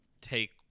take